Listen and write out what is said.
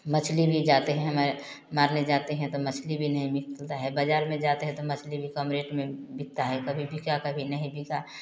मछली भी जाते हैं हमें मारने जाते हैं तो मछली भी नहीं मिलता है बाजार में जाते हैं तो मछली भी कम रेट में बिकता है कभी बिका कभी नहीं बिका